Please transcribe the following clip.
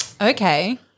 Okay